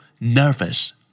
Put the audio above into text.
nervous